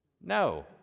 No